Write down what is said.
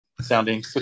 sounding